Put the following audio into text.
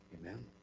amen